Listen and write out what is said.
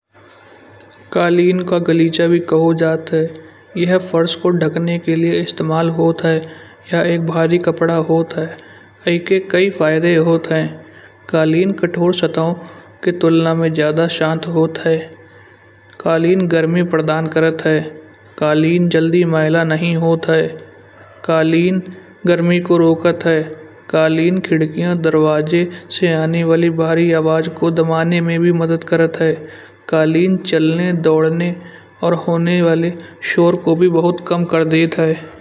कालीन का गलीचा भी कहो जात है यह फर्श को ढकने के लिए इस्तेमाल होता है। यह एक भारी कपड़ा होत है। याके कई फायदे होते हैं। कालीन कठोर सतह की तुलना में ज्यादा शांत होता। कालीन गर्मी प्रदान करत ह। कालीन जल्दी मैला नहीं होता है। कालीन गर्मी को रोकता है। कालीन खिड़कियाँ दरवाजे से आने वाली बड़ी आवाज़ को दबाने में भी मदद करता है। कालीन चलने दौड़ने और होने वाले शोर को भी बहुत कम कर देता है।